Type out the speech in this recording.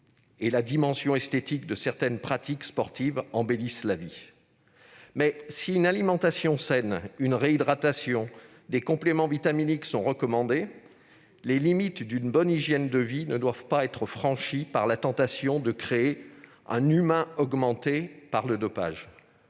et la dimension esthétique de certaines pratiques sportives embellit la vie. Mais si une alimentation saine, une réhydratation, des compléments vitaminiques sont recommandés, les limites d'une bonne hygiène de vie ne doivent pas être franchies par la tentation de créer un « humain augmenté » par le dopage.